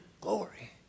glory